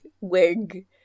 wig